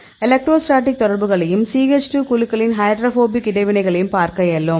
electrostatic தொடர்புகளையும் CH 2 குழுக்களின் hydrophobic இடைவினைகளையும் பார்க்க இயலும்